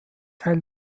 teil